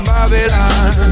Babylon